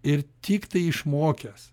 ir tiktai išmokęs